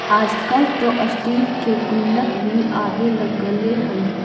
आजकल तो स्टील के गुल्लक भी आवे लगले हइ